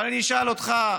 אבל אני אשאל אותך,